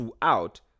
throughout